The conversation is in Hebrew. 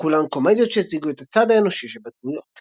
כולן קומדיות שהציגו את הצד האנושי שבדמויות.